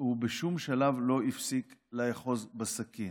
ובשום שלב לא הפסיק לאחוז בסכין.